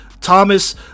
Thomas